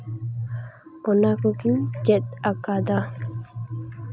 ᱚᱱᱟ ᱠᱚᱜᱤᱧ ᱪᱮᱫ ᱟᱠᱟᱫᱟ